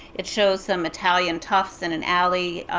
it shows some italian toughs in an alley